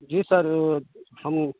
जी sir हम